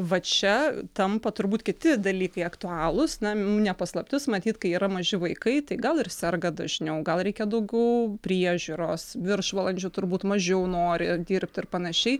va čia tampa turbūt kiti dalykai aktualūs na mum ne paslaptis matyt kai yra maži vaikai tai gal ir serga dažniau gal reikia daugiau priežiūros viršvalandžių turbūt mažiau nori dirbt ir panašiai